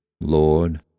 Lord